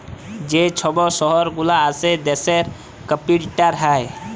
যে ছব শহর গুলা আসে দ্যাশের ক্যাপিটাল হ্যয়